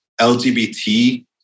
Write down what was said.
LGBT